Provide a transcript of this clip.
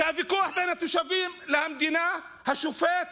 שהוויכוח בין התושבים למדינה, השופט